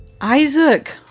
Isaac